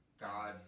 God